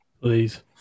please